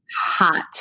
hot